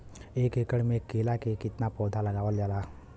एक एकड़ में केला के कितना पौधा लगावल जाला?